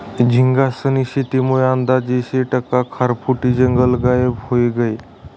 झींगास्नी शेतीमुये आंदाज ईस टक्का खारफुटी जंगल गायब व्हयी गयं